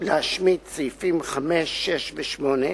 להשמיט סעיפים 5, 6 ו-8,